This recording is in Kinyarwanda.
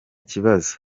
kibazo